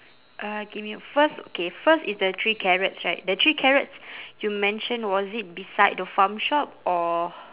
uh give me a first okay first is the three carrots right the three carrots you mention was it beside the farm shop or